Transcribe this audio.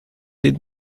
did